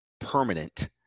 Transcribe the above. permanent